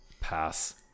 Pass